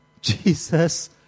Jesus